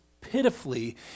Pitifully